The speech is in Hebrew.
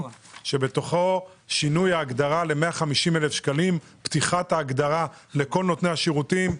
שבתוכו שינוי ההגדרה ל-150,000 ₪ ופתיחת ההגדרה לכל נותני השירותים.